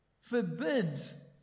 forbids